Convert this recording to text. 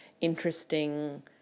interesting